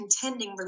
contending